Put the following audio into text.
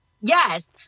yes